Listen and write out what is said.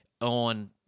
on